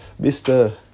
Mr